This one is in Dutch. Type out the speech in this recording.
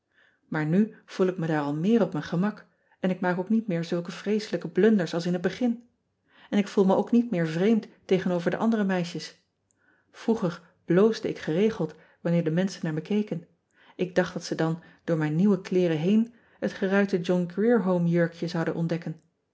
aar nu voel ik me daar al meer op mijn gemak en ik maak ook niet meer zulke vreeselijke blunders als in het begin n ik voel me ook niet meer vreemd tegenover de andere meisjes roeger bloosde ik geregeld wanneer de menschen naar me keken k dacht dat ze dan door mijn nieuwe kleeren heen het geruite ohn rier ome jurkje zouden ontdekken